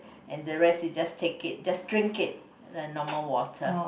and the rest they just take it just drink it the normal water